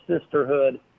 sisterhood